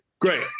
Great